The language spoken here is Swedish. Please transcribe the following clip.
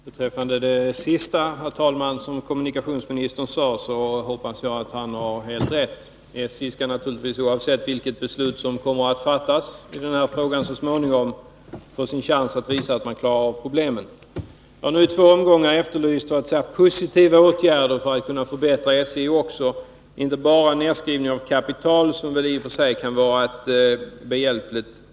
Herr talman! Beträffande det senaste som kommunikationsministern sade, hoppas jag att han har rätt. SJ skall naturligtvis, oavsett vilket beslut som så småningom kommer att fattas i denna fråga, få sin chans att visa att man klarar av problemen. Jag har nu i två omgångar efterlyst även positiva åtgärder för att förbättra SJ, inte bara nedskrivningar av kapitalet, som väl i och för sig kan vara till hjälp.